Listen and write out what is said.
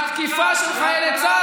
על תקיפה של חיילי צה"ל?